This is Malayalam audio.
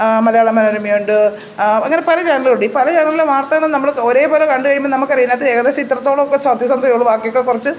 മലയാള മനോരമയുണ്ട് അങ്ങനെ പല ചാനലുമുണ്ട് ഈ പല ചാനലുകളിലെ വാർത്തകളും നമ്മൾ ഒരേപോലെ കണ്ടു കഴിയുമ്പം നമുക്ക് അറിയാം ഇതിനകത്ത് ഏകദേശം ഇത്രത്തോളമൊക്കെ സത്യസന്ധതയുള്ളൂ ബാക്കിയൊക്കെ കുറച്ച്